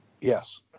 Yes